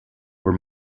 were